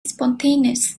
spontaneous